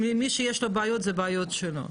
מי שיש לו בעיה זו בעיה שלו,